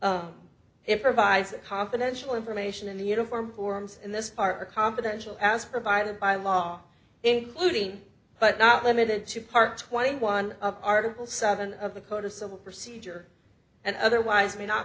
b it provides a confidential information in the uniform forms in this part a confidential as provided by law including but not limited to part twenty one of article seven of the code of civil procedure and otherwise may not